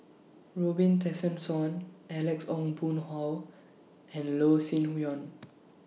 Robin Tessensohn Alex Ong Boon Hau and Loh Sin Yun